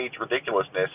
ridiculousness